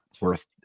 worth